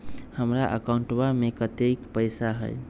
हमार अकाउंटवा में कतेइक पैसा हई?